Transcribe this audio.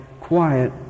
quiet